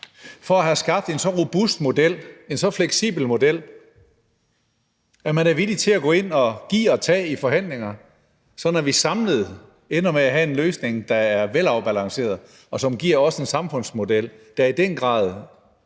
for at have skabt en så robust og fleksibel model, at man er villig til at gå ind og give og tage i forhandlingerne, sådan at vi samlet ender med at have en løsning, der er velafbalanceret, og som også giver en samfundsmodel, der i den grad gør os